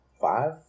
five